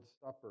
Supper